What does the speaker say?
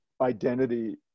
identity